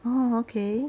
orh okay